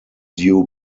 due